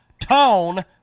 tone